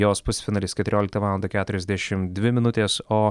jos pusfinalis keturioliktą valandą keturiasdešim dvi minutės o